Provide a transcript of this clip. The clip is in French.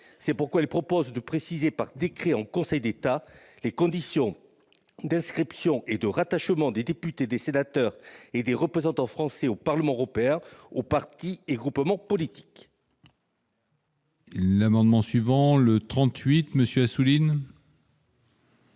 C'est pourquoi nous proposons de préciser par décret en Conseil d'État les conditions d'inscription et de rattachement des députés, des sénateurs et des représentants français au Parlement européen aux partis et groupements politiques. L'amendement n° 38, présenté par M. Assouline,